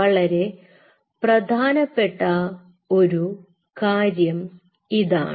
വളരെ പ്രധാനപ്പെട്ട ഒരു കാര്യം ഇതാണ്